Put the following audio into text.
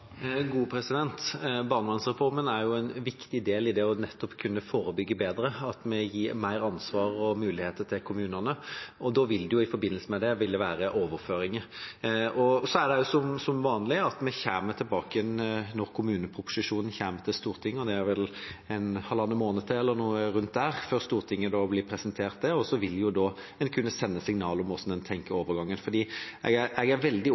Barnevernsreformen er en viktig del av nettopp det å kunne forebygge bedre, at vi gir mer ansvar og muligheter til kommunene. I forbindelse med det vil det være overføringer. Så kommer vi som vanlig tilbake når kommuneproposisjonen kommer til Stortinget. Det er vel halvannen måned – eller noe rundt det – til Stortinget blir presentert for den. En vil da kunne sende signaler om hvordan en tenker overgangen. Jeg er veldig opptatt av nettopp dette temaet, for det er